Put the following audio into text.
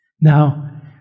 Now